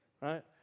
Right